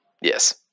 Yes